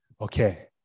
Okay